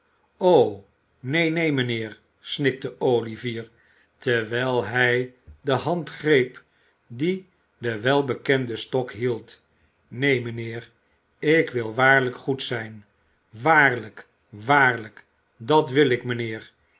o neen neen mijnheer snikte olivier terwijl hij de hand greep die den welbekenden stok hield neen mijnheer ik wil waarlijk goed zijn waarlijk waarlijk dat wil ik mijnheer